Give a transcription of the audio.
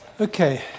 Okay